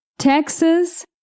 Texas